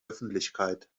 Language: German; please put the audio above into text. öffentlichkeit